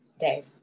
Dave